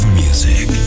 music